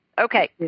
okay